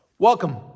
Welcome